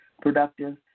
productive